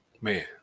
man